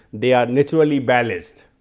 they are naturally balanced.